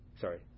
sorry